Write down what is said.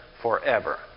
forever